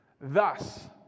Thus